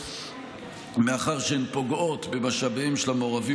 מאחר שהן פוגעות במשאביהם של המעורבים